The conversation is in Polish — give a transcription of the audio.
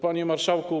Panie Marszałku!